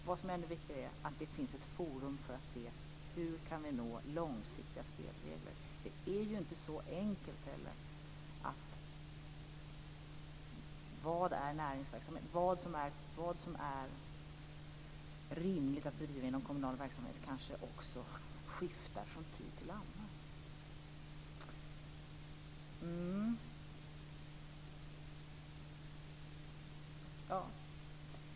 Vad som är ännu viktigare är att det finns ett forum att se hur vi kan nå långsiktiga spelregler. Det är inte så enkelt. Vad som är rimligt att bedriva inom kommunal verksamhet kanske också skiftar från tid till annan.